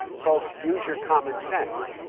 folks, use your common sense.